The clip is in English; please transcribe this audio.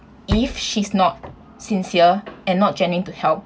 if she's not sincere and not joining to help